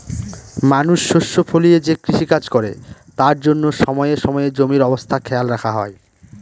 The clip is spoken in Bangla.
মানুষ শস্য ফলিয়ে যে কৃষিকাজ করে তার জন্য সময়ে সময়ে জমির অবস্থা খেয়াল রাখা হয়